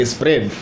Spread